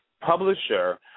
publisher